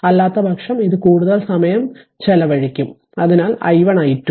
അല്ലാത്തപക്ഷം ഇത് കൂടുതൽ സമയം ചെലവഴിക്കും അതിനാൽ i1 i2